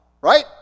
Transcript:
Right